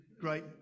great